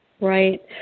right